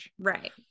right